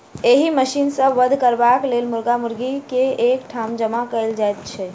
एहि मशीन सॅ वध करबाक लेल मुर्गा मुर्गी के एक ठाम जमा कयल जाइत छै